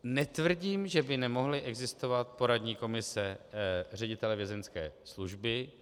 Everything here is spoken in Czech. Netvrdím, že by nemohly existovat poradní komise ředitele vězeňské služby.